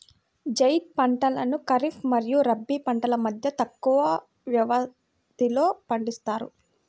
జైద్ పంటలను ఖరీఫ్ మరియు రబీ పంటల మధ్య తక్కువ వ్యవధిలో పండిస్తారు